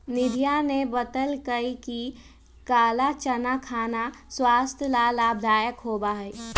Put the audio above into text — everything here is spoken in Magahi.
निधिया ने बतल कई कि काला चना खाना स्वास्थ्य ला लाभदायक होबा हई